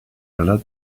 relat